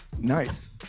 Nice